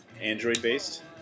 Android-based